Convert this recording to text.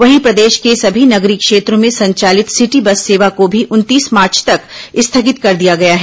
वहीं प्रदेश के सभी नगरीय क्षेत्रों में संचालित सिटी बस सेवा को भी उनतीस मार्च तक स्थगित कर दिया गया है